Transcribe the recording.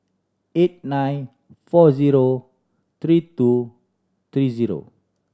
eight nine four zero three two three zero